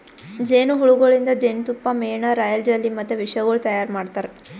ಜೇನು ಹುಳಗೊಳಿಂದ್ ಜೇನತುಪ್ಪ, ಮೇಣ, ರಾಯಲ್ ಜೆಲ್ಲಿ ಮತ್ತ ವಿಷಗೊಳ್ ತೈಯಾರ್ ಮಾಡ್ತಾರ